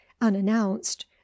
unannounced